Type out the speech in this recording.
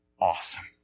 awesome